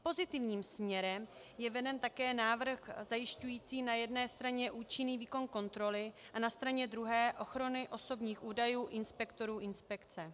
Pozitivním směrem je veden také návrh zajišťující na jedné straně účinný výkon kontroly a na straně druhé ochranu osobních údajů inspektorů inspekce.